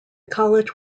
college